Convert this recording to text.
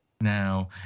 Now